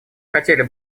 хотели